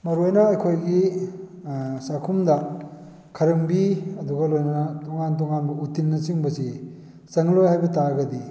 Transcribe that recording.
ꯃꯔꯨ ꯑꯣꯏꯅ ꯑꯩꯈꯣꯏꯒꯤ ꯆꯥꯛꯈꯨꯝꯗ ꯈꯔꯝꯕꯤ ꯑꯗꯨꯒ ꯂꯣꯏꯅꯅ ꯇꯣꯉꯥꯟ ꯇꯣꯉꯥꯟꯕ ꯎꯇꯤꯟꯅ ꯆꯤꯡꯕꯁꯤ ꯆꯪꯍꯜꯂꯣꯏ ꯍꯥꯏꯕ ꯇꯥꯔꯒꯗꯤ